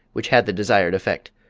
which had the desired effect.